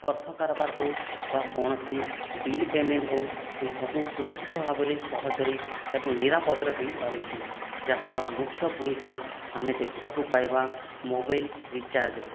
ଅର୍ଥ କାରବାର ହେଉ ବା କୌଣସି ବିଲ୍ ପେମେଣ୍ଟ ହେଉ ସେସବୁ ସୁରକ୍ଷିତ ଭାବରେ ସହଜରେ ଏବଂ ନିରାପଦରେ ହୋଇପାରୁଛି ଯାହାର ମୁଖ୍ୟ ଭୂମିକା ଆମେ ଦେଖିବାକୁ ପାଇବା ମୋବାଇଲ ରିଚାର୍ଜରେ